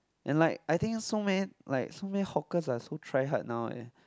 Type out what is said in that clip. and like I think so many like so many hawkers are so try hard now eh